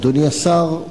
אדוני השר,